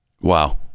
Wow